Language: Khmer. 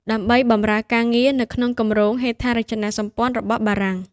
ដើម្បីបម្រើការងារនៅក្នុងគម្រោងហេដ្ឋារចនាសម្ព័ន្ធរបស់បារាំង។